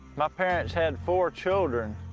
my parents had four children,